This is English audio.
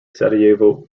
sarajevo